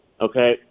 Okay